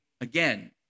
again